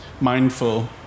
mindful